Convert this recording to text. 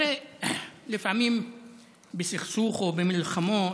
לפעמים בסכסוך או במלחמות,